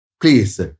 Please